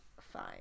Fine